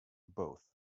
both